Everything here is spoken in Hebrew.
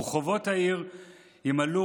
ורחֹבות העיר ימָלאו